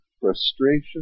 frustration